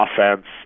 offense